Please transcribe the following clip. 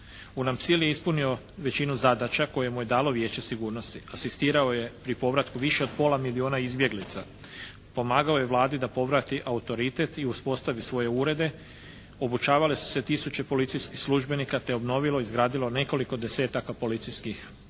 UNPSIL je ispunio većinu zadaća koju mu je dalo Vijeće sigurnosti. Asistirao je pri povratku više od pola milijuna izbjeglica. Pomagao je Vladi da povrati autoritet i uspostavi svoje urede. Obučavale su se tisuće policijskih službenika te obnovilo i izgradilo nekoliko desetaka policijskih stanica.